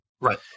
Right